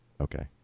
Okay